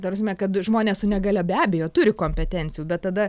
ta prasme kad žmonės su negalia be abejo turi kompetencijų bet tada